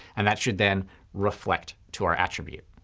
and that should then reflect to our attribute.